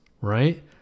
right